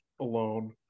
alone